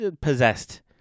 possessed